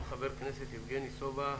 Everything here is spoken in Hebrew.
של חבר הכנסת יבגני סובה,